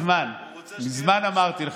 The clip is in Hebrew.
חבר הכנסת טיבי,